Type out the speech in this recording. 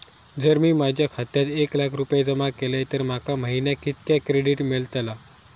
जर मी माझ्या खात्यात एक लाख रुपये जमा केलय तर माका महिन्याक कितक्या क्रेडिट मेलतला?